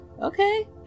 okay